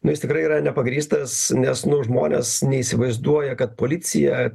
nes tikrai yra nepagrįstas nes žmonės neįsivaizduoja kad policija